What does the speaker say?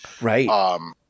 Right